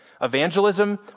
Evangelism